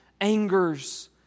angers